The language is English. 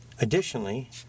Additionally